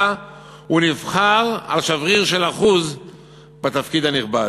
הוא נבחר על שבריר של אחוז לתפקיד הנכבד.